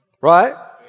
right